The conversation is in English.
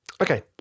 Okay